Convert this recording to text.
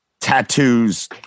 tattoos